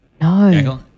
No